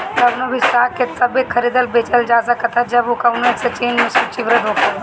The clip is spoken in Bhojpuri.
कवनो भी स्टॉक के तबे खरीदल बेचल जा सकत ह जब उ कवनो एक्सचेंज में सूचीबद्ध होखे